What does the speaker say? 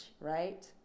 right